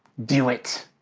do it.